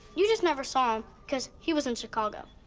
you just never saw him because he was in chicago.